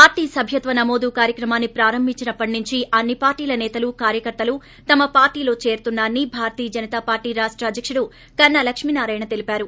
party సభ్యత్వ నమోదు కార్యక్రమాన్పి ప్రారంభించినప్పటి నుంచి అన్ని పార్టీల నేత్తలు కార్యకర్తలు తమ పార్టీలో చేరుతున్నారని భారతీయ జనతా విస్టీ ర్వాస్ట్రి అధ్యకుడు కన్నా లక్ష్మీ నారాయణ తెలిపారు